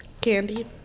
candy